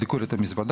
תבדקו לי את המזוודה.